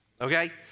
Okay